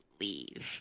leave